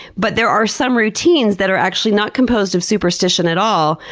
but there are some routines that are actually not composed of superstition at all.